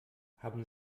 haben